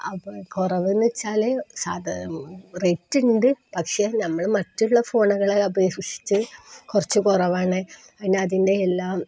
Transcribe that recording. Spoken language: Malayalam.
അപ്പോള് കുറവെന്നുവച്ചാല് സാധാ റേറ്റുണ്ട് പക്ഷെ നമ്മള് മറ്റുള്ള ഫോണുകളെ അപേക്ഷിച്ച് കുറച്ചു കുറവാണ് അതിന് അതിൻ്റെ എല്ലാം